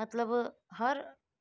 मतिलबु हर